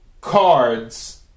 cards